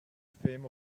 fame